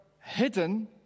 hidden